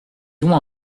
loin